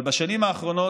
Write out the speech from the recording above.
אבל בשנים האחרונות,